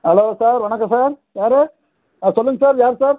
hello sir வணக்கம் sir யார் ஆ சொல்லுங்கள் சார் யார் சார்